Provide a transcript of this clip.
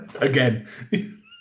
Again